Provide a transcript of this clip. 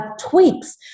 tweaks